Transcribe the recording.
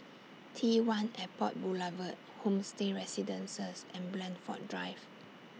T one Airport Boulevard Homestay Residences and Blandford Drive